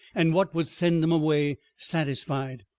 and what would send em away satisfied.